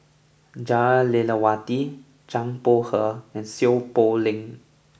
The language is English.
Jah Lelawati Zhang Bohe and Seow Poh Leng